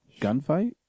gunfight